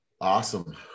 awesome